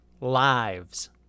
Lives